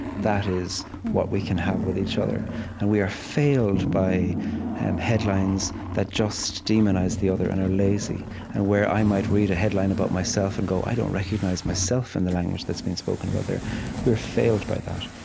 that is what we can have with each other and we are failed by and headlines that just demonize the other and are lazy and where i might read a headline about myself and go, i don't recognize myself in the language that's being spoken about there we are failed by that.